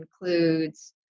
includes